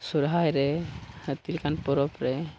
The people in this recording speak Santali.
ᱥᱚᱦᱚᱨᱟᱭ ᱨᱮ ᱦᱟᱹᱛᱤ ᱞᱮᱠᱟᱱ ᱯᱚᱨᱚᱵᱽ ᱨᱮ